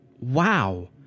wow